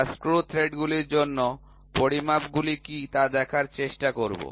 আমরা screw thread গুলির জন্য পরিমাপ গুলি কি তা দেখার চেষ্টা করব